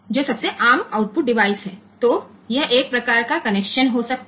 तो यह एक प्रकार का कनेक्शन हो सकता है